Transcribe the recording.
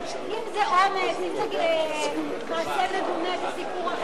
אם זה אונס, אם זה מעשה מגונה, זה סיפור אחר.